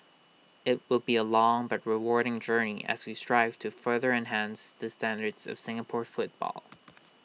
IT will be A long but rewarding journey as we strive to further enhance the standards of Singapore football